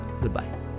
Goodbye